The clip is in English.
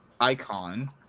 icon